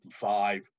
55